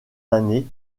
années